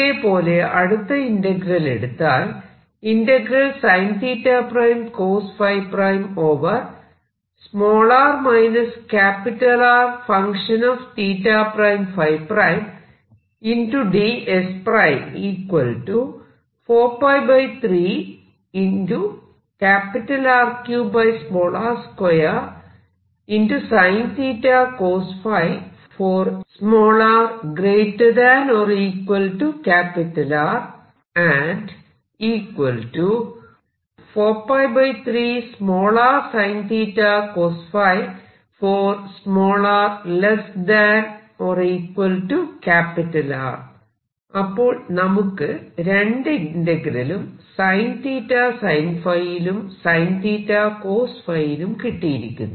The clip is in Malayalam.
ഇതേപോലെ അടുത്ത ഇന്റഗ്രൽ എടുത്താൽ അപ്പോൾ നമുക്ക് രണ്ടു ഇന്റഗ്രലും ϕ യിലും cos ϕ യിലും കിട്ടിയിരിക്കുന്നു